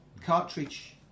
cartridge